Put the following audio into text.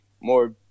more